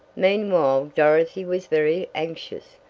meanwhile dorothy was very anxious.